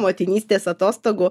motinystės atostogų